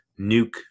nuke